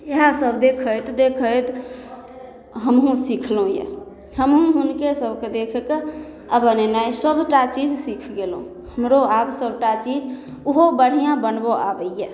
इएह सब देखैत देखैत हमहुँ सिखलौं यऽ हमहुँ हुनके सबकऽ देखि कऽ आ बनेनाइ सबटा चीज सिख गेलौं हमरो आब सबटा चीज उहो बढ़ियाँ बनबऽ आबैया